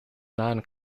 non